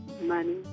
money